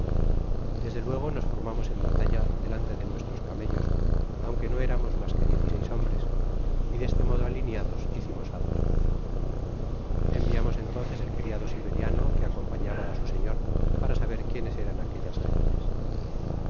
desde luego nos formamos en batalla delante da nuestros camellos aunque no éraasos mas que diez y seis hombres y de este modo alineados hicimos alto enviamos entonces él criado siberiano que acompañaba á su señor para saber quiénes era aquellas gentes